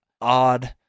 odd